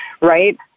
right